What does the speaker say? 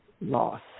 loss